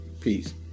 Peace